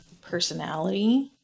personality